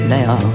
now